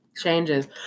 changes